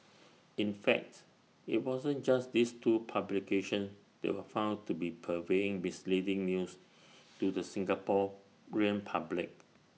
in facts IT wasn't just these two publications that were found to be purveying misleading news to the Singaporean public